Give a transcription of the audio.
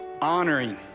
honoring